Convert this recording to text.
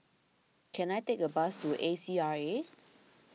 can I take a bus to A C R A